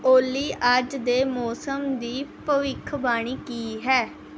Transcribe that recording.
ਓਲੀ ਅੱਜ ਦੇ ਮੌਸਮ ਦੀ ਭਵਿੱਖਬਾਣੀ ਕੀ ਹੈ